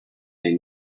may